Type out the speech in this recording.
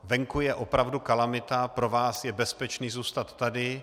Venku je opravdu kalamita, pro vás je bezpečné zůstat tady.